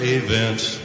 events